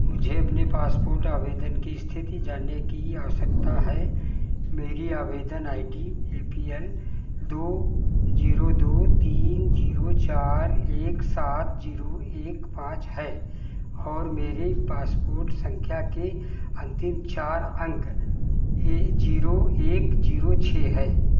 मुझे अपने पासपोर्ट आवेदन की इस्थिति जानने की आवश्यकता है मेरी आवेदन I D A P L दो ज़ीरो दो तीन ज़ीरो चार एक सात ज़ीरो एक पाँच है और मेरी पासपोर्ट सँख्या के अन्तिम चार अंक ए ज़ीरो एक ज़ीरो छह है